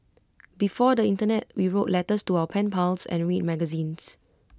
before the Internet we wrote letters to our pen pals and read magazines